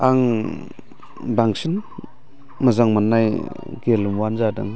आं बांसिन मोजां मोननाय गेलेमुआनो जादों